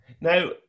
Now